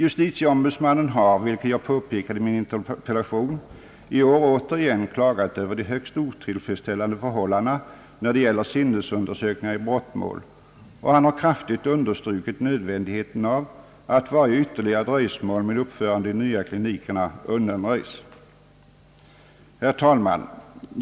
Justitieombudsmannen har, som jag påpekat i min interpellation, i år återigen klagat över de högst otillfredsställande förhållandena när det gäller sinnesundersökningar i brottmål och kraftigt understrukit nödvändigheten av att varje ytterligare dröjsmål med uppförande av de nya klinikerna undanröjs. Herr talman!